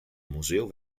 museo